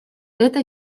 это